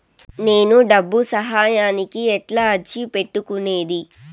నేను డబ్బు సహాయానికి ఎట్లా అర్జీ పెట్టుకునేది?